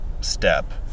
step